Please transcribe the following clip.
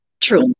True